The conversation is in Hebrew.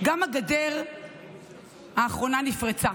גם הגדר האחרונה נפרצה.